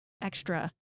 extra